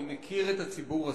אני מכיר את הציבור הזה,